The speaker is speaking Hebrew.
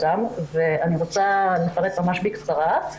אני רוצה לפרט ממש בקצרה.